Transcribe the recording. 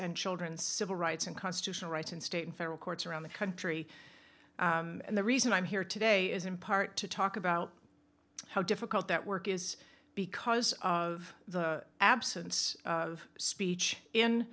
and children's civil rights and constitutional rights in state and federal courts around the country and the reason i'm here today is in part to talk about how difficult that work is because of the absence of speech in